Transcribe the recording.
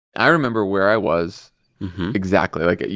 i remember where i was exactly. like, ah